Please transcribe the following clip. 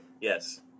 Yes